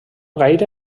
gaire